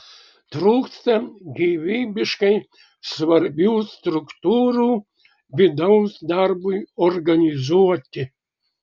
trūksta gyvybiškai svarbių struktūrų vidaus darbui organizuoti